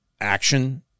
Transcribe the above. action